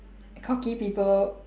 cocky people